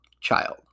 child